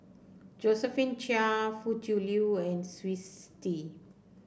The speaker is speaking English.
Josephine Chia Foo Tui Liew and Twisstii